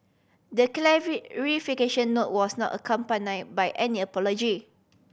the note was not accompany by any apology